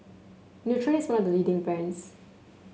Nutren is one of the leading brands